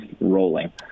rolling